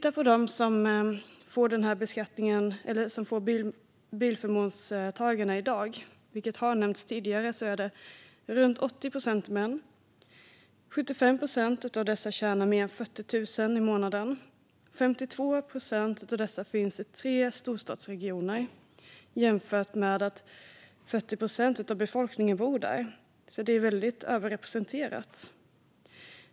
Av de som i dag är bilförmånstagare, vilket har nämnts tidigare, är runt 80 procent män. 75 procent av dem tjänar mer än 40 000 kronor i månaden. 52 procent av dessa finns i tre storstadsregioner. Det kan man jämföra med att 40 procent av befolkningen bor där. De är alltså väldigt överrepresenterade.